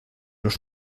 los